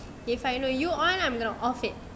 if I know you on I'm gonna off it